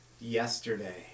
yesterday